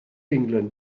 england